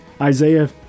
Isaiah